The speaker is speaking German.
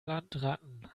landratten